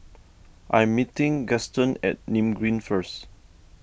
I am meeting Gaston at Nim Green first